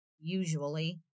Usually